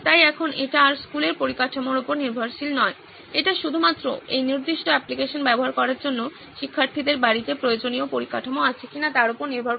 তাই এখন এটি আর স্কুলের পরিকাঠামোর উপর নির্ভরশীল নয় এটি শুধুমাত্র এই নির্দিষ্ট অ্যাপ্লিকেশন ব্যবহার করার জন্য শিক্ষার্থীদের বাড়িতে প্রয়োজনীয় পরিকাঠামো আছে কিনা তার উপর নির্ভর করে